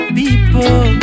people